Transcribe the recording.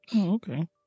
Okay